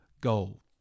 goal